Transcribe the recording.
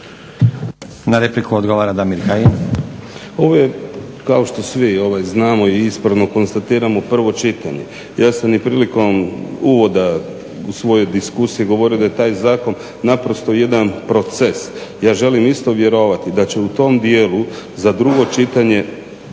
Kajin. **Kajin, Damir (Nezavisni)** Ovo je kao što svi znamo i ispravno konstatiramo prvo čitanje. Ja sam i prilikom uvoda u svojoj diskusiji govorio da je taj zakon naprosto jedan proces. Ja želim isto vjerovati da će u tom dijelu baš se